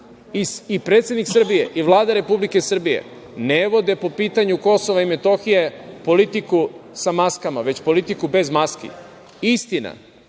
predsednik Srbije i Vlada Republike Srbije ne vode, po pitanju Kosova i Metohije, politiku sa maskama, već politiku bez maski. Istina